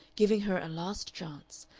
giving her a last chance,